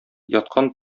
яткан